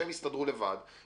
שהם יסתדרו לבד.